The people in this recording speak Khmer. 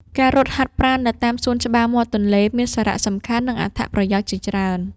ការរត់ហាត់ប្រាណនៅតាមសួនច្បារមាត់ទន្លេ មានសារៈសំខាន់ និងអត្ថប្រយោជន៍ជាច្រើន។